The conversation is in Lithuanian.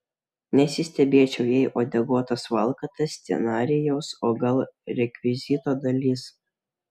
nesistebėčiau jei uodeguotas valkata scenarijaus o gal rekvizito dalis